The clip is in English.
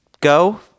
go